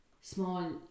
small